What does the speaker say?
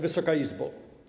Wysoka Izbo!